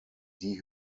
die